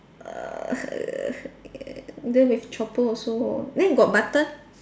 err err then with chopper also then got button